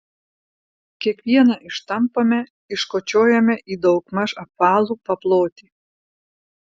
kiekvieną ištampome iškočiojame į daugmaž apvalų paplotį